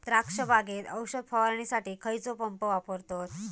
द्राक्ष बागेत औषध फवारणीसाठी खैयचो पंप वापरतत?